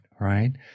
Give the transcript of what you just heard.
right